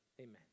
Amen